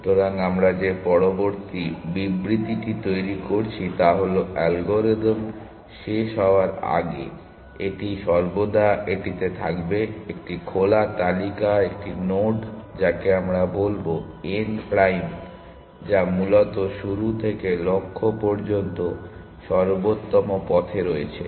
সুতরাং আমরা যে পরবর্তী বিবৃতিটি তৈরি করছি তা হল অ্যালগরিদম শেষ হওয়ার আগে এটি সর্বদা এটিতে থাকবে একটি খোলা তালিকা একটি নোড যাকে আমরা বলব n প্রাইম যা মূলত শুরু থেকে লক্ষ্য পর্যন্ত সর্বোত্তম পথে রয়েছে